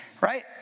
right